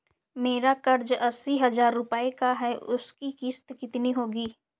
मेरा कर्ज अस्सी हज़ार रुपये का है उसकी किश्त कितनी होगी?